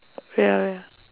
wait ah wait ah